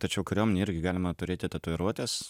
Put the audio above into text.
tačiau kariuomenėj irgi galima turėti tatuiruotes